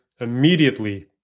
immediately